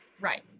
Right